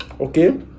okay